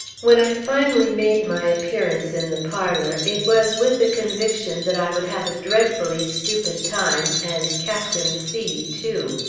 when i finally made my appearance in the parlor, it was with the conviction that i would have a dreadfully stupid time, and captain c too.